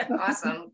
Awesome